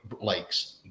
lakes